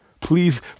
Please